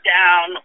down